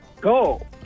go